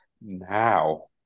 Now